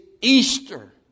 Easter